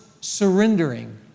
surrendering